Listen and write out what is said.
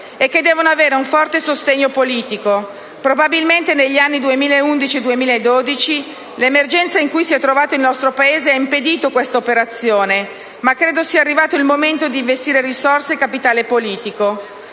e che devono avere un forte sostegno politico. Probabilmente negli anni 2011 e 2012 l'emergenza in cui si è trovato il nostro Paese ha impedito questa operazione ma credo sia arrivato il momento di investire risorse e capitale politico.